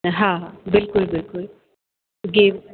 हा बिल्कुलु बिल्कुलु गेव